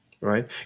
right